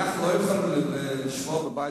על זה אמרנו: אנחנו לא יכולים לשמור בבית,